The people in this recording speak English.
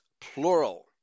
plural